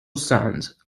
sons